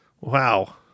Wow